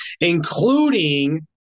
including